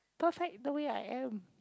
perfect the way I am